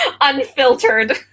unfiltered